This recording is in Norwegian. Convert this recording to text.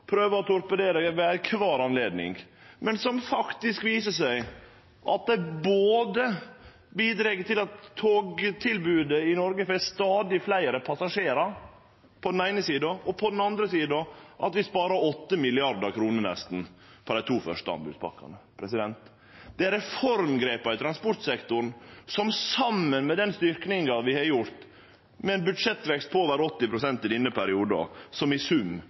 prøver å torpedere ved kvar anledning, men som faktisk viser seg bidreg både til at togtilbodet i Noreg på den eine sida får stadig fleire passasjerar, og på den andre sida at vi sparar nesten 8 mrd. kr på dei to første anbodspakkane. Det er reformgrepa i transportsektoren som, saman med den styrkinga vi har gjort med ein budsjettvekst på over 80 pst. i denne perioden, i sum